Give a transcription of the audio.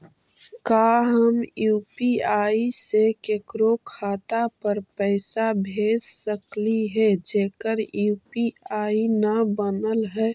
का हम यु.पी.आई से केकरो खाता पर पैसा भेज सकली हे जेकर यु.पी.आई न बनल है?